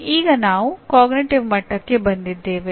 ಈಗ ನಾವು ಅರಿವಿನ ಮಟ್ಟ "ವಿಶ್ಲೇಷಿಸು" ಗೆ ಬಂದಿದ್ದೇವೆ